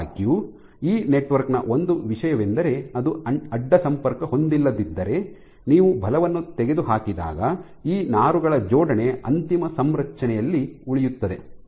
ಆದಾಗ್ಯೂ ಈ ನೆಟ್ವರ್ಕ್ ನ ಒಂದು ವಿಷಯವೆಂದರೆ ಅದು ಅಡ್ಡ ಸಂಪರ್ಕ ಹೊಂದಿಲ್ಲದಿದ್ದರೆ ನೀವು ಬಲವನ್ನು ತೆಗೆದುಹಾಕಿದಾಗ ಈ ನಾರುಗಳ ಜೋಡಣೆ ಅಂತಿಮ ಸಂರಚನೆಯಲ್ಲಿ ಉಳಿಯುತ್ತದೆ